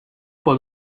for